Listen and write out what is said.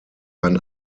ein